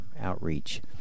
outreach